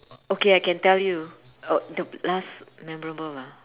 okay I can tell you uh the last memorable lah